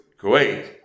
Kuwait